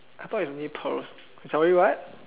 I thought it's only pearls sorry what